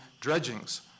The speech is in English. dredgings